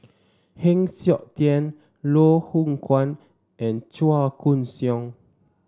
Heng Siok Tian Loh Hoong Kwan and Chua Koon Siong